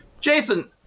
Jason